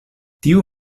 tiu